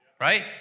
Right